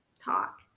talk